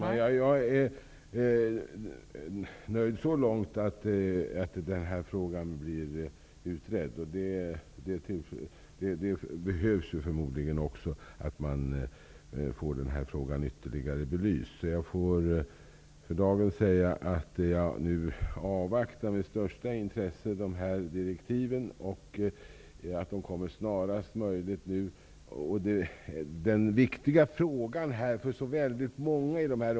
Fru talman! Jag är nöjd så långt, att frågan blir utredd. Man behöver förmodligen få den här frågan ytterligare belyst. För dagen får jag säga att jag med största intresse avvaktar direktiven, som förhoppningsvis kommer snarast möjligt.